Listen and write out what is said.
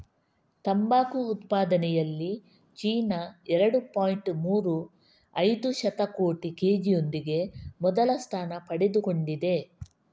ತಂಬಾಕು ಉತ್ಪಾದನೆಯಲ್ಲಿ ಚೀನಾ ಎರಡು ಪಾಯಿಂಟ್ ಮೂರು ಐದು ಶತಕೋಟಿ ಕೆ.ಜಿಯೊಂದಿಗೆ ಮೊದಲ ಸ್ಥಾನ ಪಡೆದುಕೊಂಡಿದೆ